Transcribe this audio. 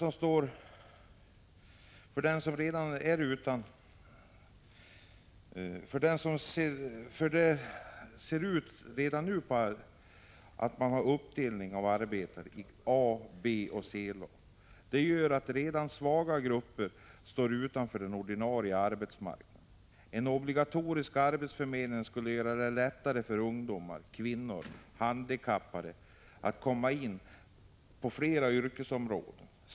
Som det ser ut nu har vi i arbetslivet en uppdelning i A-, B och C-lag. Det gör att redan svaga grupper står utanför den ordinarie arbetsmarknaden. En obligatorisk arbetsförmedling skulle göra det lättare för ungdomar, kvinnor och handikappade att komma in på flera yrkesområden.